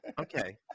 Okay